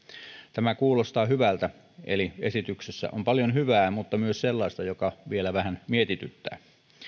tämä kuulostaa hyvältä eli esityksessä on paljon hyvää mutta myös sellaista joka vielä vähän mietityttää